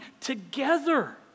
together